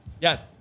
Yes